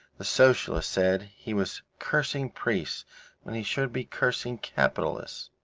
the socialists said he was cursing priests when he should be cursing capitalists.